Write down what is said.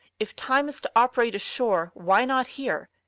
if time is to operate ashore, why not here?